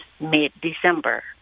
mid-December